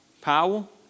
Powell